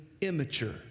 immature